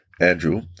Andrew